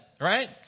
right